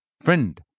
Friend